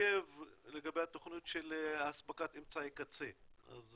עוקב לגבי התוכניות של אספקת אמצעי קצה, אז